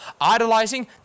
Idolizing